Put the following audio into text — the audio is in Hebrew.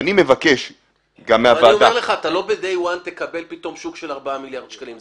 אני אומר לך שלא ביום הראשון תקבל פתאום שוק של ארבעה מיליארד שקלים.